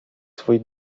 swój